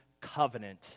covenant